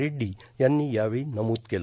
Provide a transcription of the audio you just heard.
रेइडी यांनी यावेळी नमूद केलं